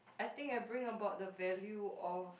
I think I bring about the value of